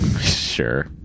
sure